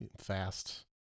fast